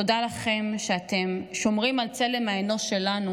תודה לכם שאתם שומרים על צלם האנוש שלנו